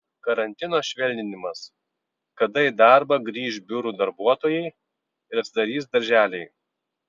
karantino švelninimas kada į darbą grįš biurų darbuotojai ir atsidarys darželiai